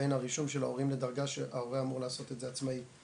לבין הרישום של ההורים לדרגה שההורה אמור לעשות את זה עצמאי,